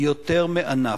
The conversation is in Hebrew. היא יותר מענף,